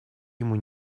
ему